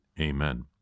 Amen